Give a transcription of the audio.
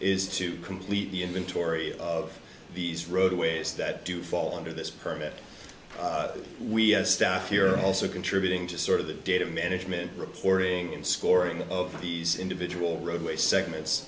is to complete the inventory of these roadways that do fall under this permit we have staff here also contributing to sort of the data management reporting and scoring of these individual roadway segments